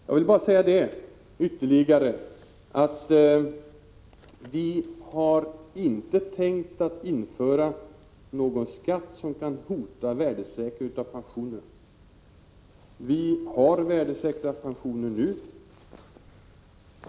Jag vill bara ytterligare säga att vi inte har tänkt att införa någon skatt som kan hota värdesäkringen av pensionerna. Vi har värdesäkrade pensioner nu.